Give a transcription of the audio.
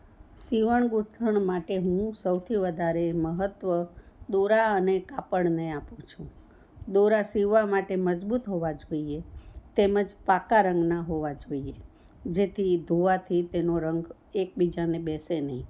સીવણ ગૂંથણ માટે હું સૌથી વધારે મહત્ત્વ દોરા અને કાપડને આપું છું દોરા સિવવા માટે મજબૂત હોવાં જોઈએ તેમજ પાકા રંગનાં હોવાં જોઈએ જેથી એ ધોવાથી એમનો રંગ એકબીજાને બેસે નહીં